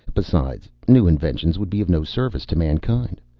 besides, new inventions would be of no service to mankind.